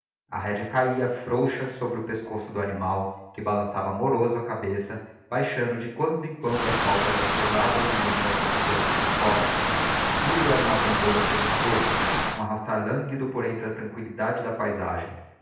a rédea cahia frouxa sobre o pescoço do animal que balançava moroso a cabeça oaixando de quando em quando as pálpebras pesadas e longas sobre os olhos viscosos tudo era um abandono preguiçoso um arrastar languido por entre a tranquillidade da paizagem